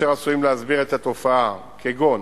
אשר עשויים להסביר את התופעה, כגון,